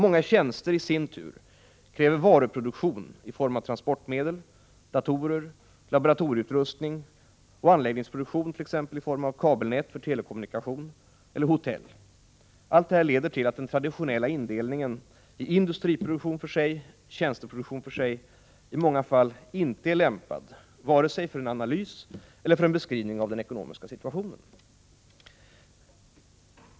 Många tjänster kräver i sin tur varuproduktion i form av transportmedel, datorer, laboratorieutrustning och anläggningsproduktion i form avt.ex. kabelnät för telekommunikation eller hotell. Allt detta leder till att den traditionella indelningen i industriproduktion för sig och tjänsteproduktion för sig i många fall inte är lämpad vare sig för en analys eller för en beskrivning av den ekonomiska situationen. 7?